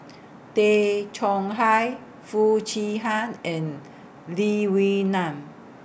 Tay Chong Hai Foo Chee Han and Lee Wee Nam